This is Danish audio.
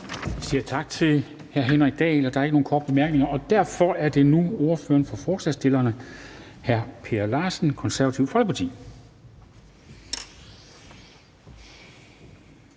Vi siger tak til hr. Henrik Dahl. Der er ikke nogen korte bemærkninger, og derfor er det nu ordføreren for forslagsstillerne, hr. Per Larsen, Det Konservative Folkeparti.